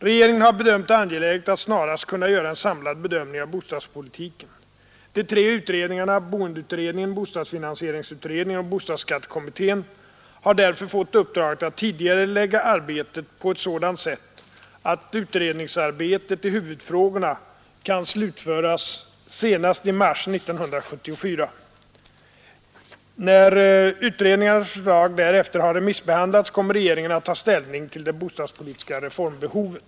Regeringen har bedömt det angeläget att snarast kunna göra en samlad bedömning av bostadspolitiken. De tre utredningarna, boendeutredningen, bostadsfinansieringsutredningen och bostadsskattekommittén, har därför fått uppdraget att tidigarelägga arbetet på ett sådant sätt att utredningsarbetet i huvudfrågorna kan slutföras senast i mars 1974. När utredningarnas förslag därefter har remissbehandlats kommer regeringen att ta ställning till det bostadspolitiska reformbehovet.